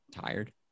tired